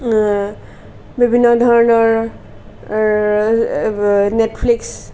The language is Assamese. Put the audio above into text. বিভিন্ন ধৰণৰ নেটফ্লিক্স